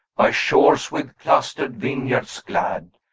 by shores with clustered vineyards glad,